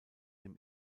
dem